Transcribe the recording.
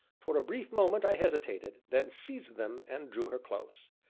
for a brief moment i hesitated, then seized them, and, drew her close.